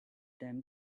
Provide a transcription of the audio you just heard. them